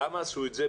למה עשו את זה,